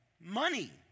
money